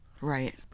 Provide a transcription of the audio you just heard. Right